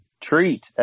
treat